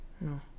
no